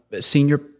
senior